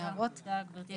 תודה גברתי יושבת הראש.